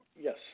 Yes